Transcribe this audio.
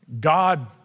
God